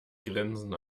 grinsen